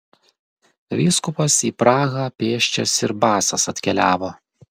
vyskupas į prahą pėsčias ir basas atkeliavo